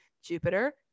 jupiter